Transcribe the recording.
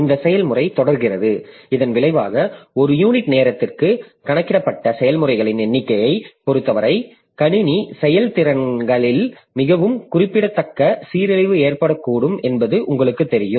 இந்த செயல்முறை தொடர்கிறது இதன் விளைவாக ஒரு யூனிட் நேரத்திற்கு கணக்கிடப்பட்ட செயல்முறைகளின் எண்ணிக்கையைப் பொறுத்தவரை கணினி செயல்திறனில் மிகவும் குறிப்பிடத்தக்க சீரழிவு ஏற்படக்கூடும் என்பது உங்களுக்குத் தெரியும்